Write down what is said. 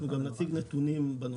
אנחנו גם נציג נתונים בנושא.